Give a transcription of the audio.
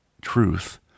truth